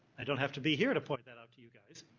i don't have to be here to point that out to you guys.